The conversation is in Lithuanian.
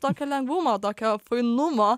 tokio lengvumo tokio fainumo